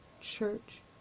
church